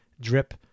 drip